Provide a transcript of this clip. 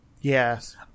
Yes